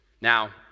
Now